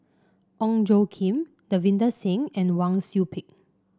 Ong Tjoe Kim Davinder Singh and Wang Sui Pick